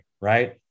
right